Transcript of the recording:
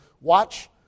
watch